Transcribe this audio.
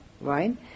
right